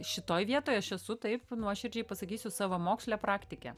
šitoj vietoj aš esu taip nuoširdžiai pasakysiu savamokslė praktikė